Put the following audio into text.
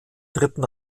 dritten